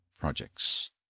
projects